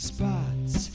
Spots